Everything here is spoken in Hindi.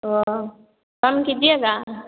औ कम कीजिएगा